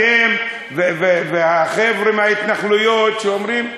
אתם והחבר'ה מההתנחלויות שאומרים: